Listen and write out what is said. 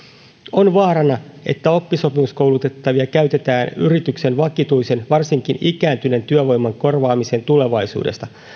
on vaarana että oppisopimuskoulutettavia käytetään yrityksen vakituisen varsinkin ikääntyneen työvoiman korvaamiseen tulevaisuudessa